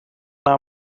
naar